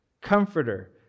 comforter